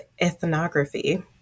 ethnography